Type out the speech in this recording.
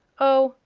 oh,